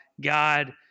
God